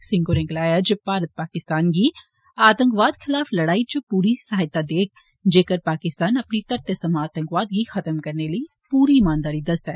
सिंह होरें गलाया जे भारत पाकिस्तान गी आतंकवाद खलाफ लड़ाई च पूरी सहायता देग जेकर पाकिस्तान अपनी धरतै सवां आतंकवाद गी खत्म करने लेई पूरी इमानदारी दसदा ऐ